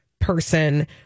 person